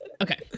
Okay